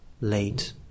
late